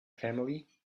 family